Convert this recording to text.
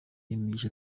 imigisha